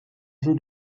jeu